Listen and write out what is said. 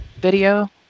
video